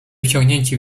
wciągnięci